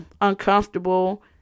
uncomfortable